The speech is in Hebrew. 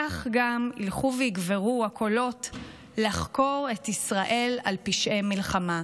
כך גם ילכו ויגברו הקולות לחקור את ישראל על פשעי מלחמה,